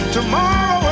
Tomorrow